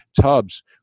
tubs